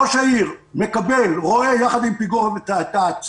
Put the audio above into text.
ראש העיר רואה ביחד עם פיקוד העורף את הצרכים